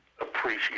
appreciate